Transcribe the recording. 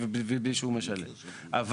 אבל,